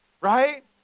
right